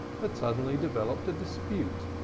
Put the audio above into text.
had suddenly developed a dispute.